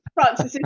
Francis